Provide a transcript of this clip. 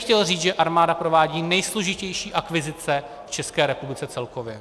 Chtěl bych říct, že armáda provádí nejsložitější akvizice v České republice celkově.